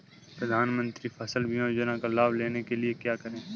प्रधानमंत्री फसल बीमा योजना का लाभ लेने के लिए क्या करें?